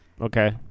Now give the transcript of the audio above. Okay